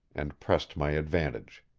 and pressed my advantage.